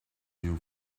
new